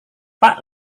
pak